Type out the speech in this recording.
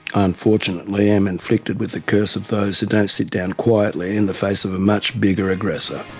unfortunately am inflicted with the curse of those who don't sit down quietly in the face of a much bigger aggressor.